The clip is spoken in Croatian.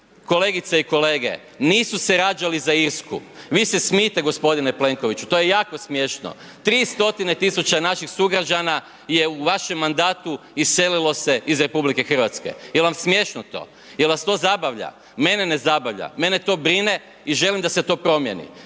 kolegice i kolege, nisu se rađali za Irsku. Vi se smijte, g. Plenkoviću, to je jako smiješno. 3 stotine tisuća naših sugrađana je u vašem mandatu iselilo se iz RH. Je li vam smiješno to? Je li vas to zabavlja? Mene ne zabavlja. Mene to brine i želim da se to promijeni.